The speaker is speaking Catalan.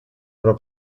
però